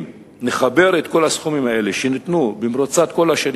אם נחבר את כל הסכומים האלה שנתנו במרוצת כל השנים,